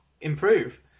improve